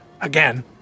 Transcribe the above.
Again